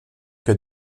que